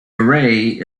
array